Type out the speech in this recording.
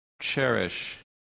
cherish